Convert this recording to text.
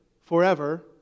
forever